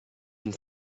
une